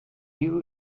you